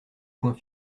point